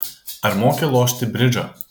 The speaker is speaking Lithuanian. ar moki lošti bridžą